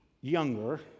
younger